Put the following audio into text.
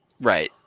Right